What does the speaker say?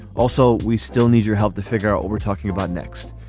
also, we still need your help to figure out what we're talking about next.